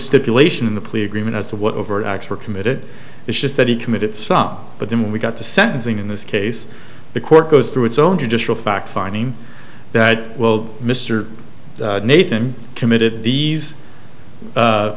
stipulation in the plea agreement as to what overt acts were committed it's just that he committed some but then we got to sentencing in this case the court goes through its own judicial fact finding that well mr nathan committed these